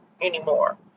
anymore